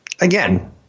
again